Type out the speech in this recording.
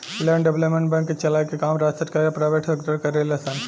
land development bank के चलाए के काम राज्य सरकार या प्राइवेट सेक्टर करेले सन